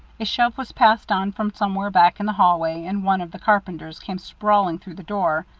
a shove was passed on from somewhere back in the hallway, and one of the carpenters came sprawling through the door.